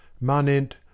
Manent